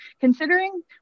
considering